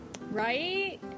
Right